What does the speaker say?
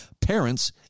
parents